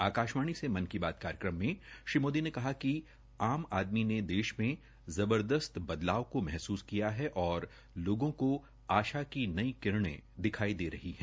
आकाशवाणी से मन की बात कार्यक्रम मे श्री मोदी ने कहा कि आम आदमी ने देश में जबदस्त बदलाव को महसूस किया है और लोगों को आशा की नई किरणे दिखाई दे रही है